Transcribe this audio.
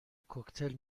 کوکتل